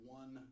one